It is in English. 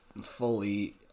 fully